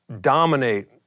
dominate